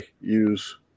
use